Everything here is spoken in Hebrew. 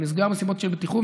הוא נסגר מסיבות של בטיחות.